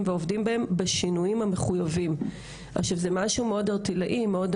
ועובדים בהם בשינויים המחויבים.." עכשיו זה משהו מאוד אמורפי,